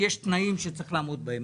שיש תנאים שצריך לעמוד בהם.